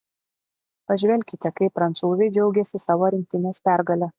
pažvelkite kaip prancūzai džiaugėsi savo rinktinės pergale